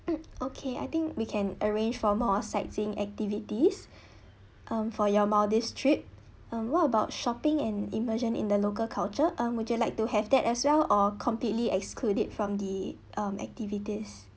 okay I think we can arrange for more sightseeing activities um for your maldives trip um what about shopping and immersion in the local culture um would you like to have that as well or completely excluded from the um activities